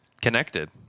Connected